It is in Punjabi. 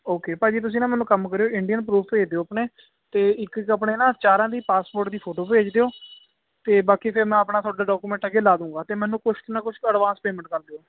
ਓਕੇ ਭਾਜੀ ਤੁਸੀਂ ਨਾ ਮੈਨੂੰ ਕੰਮ ਕਰਿਓ ਇੰਡੀਅਨ ਪਰੂਫ ਭੇਜ ਦਿਓ ਆਪਣੇ ਅਤੇ ਇੱਕ ਇੱਕ ਆਪਣੇ ਨਾ ਚਾਰਾਂ ਦੀ ਪਾਸਪੋਰਟ ਦੀ ਫੋਟੋ ਭੇਜ ਦਿਓ ਅਤੇ ਬਾਕੀ ਫਿਰ ਮੈਂ ਆਪਣਾ ਤੁਹਾਡੇ ਡੋਕੂਮੈਂਟ ਹੈਗੇ ਲਾ ਦਉਂਗਾ ਅਤੇ ਮੈਨੂੰ ਕੁਛ ਨਾ ਕੁਛ ਅਡਵਾਂਸ ਪੇਮੈਂਟ ਕਰ ਦਿਓ